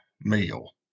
meal